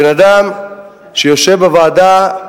בן-אדם שיושב בוועדה,